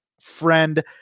friend